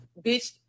bitch